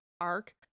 arc